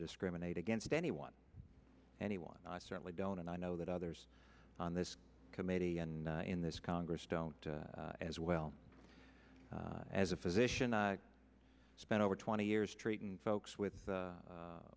discriminate against anyone anyone i certainly don't and i know that others on this committee and in this congress don't as well as a physician i spent over twenty years treating folks